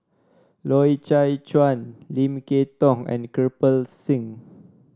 Loy Chye Chuan Lim Kay Tong and Kirpal Singh